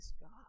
God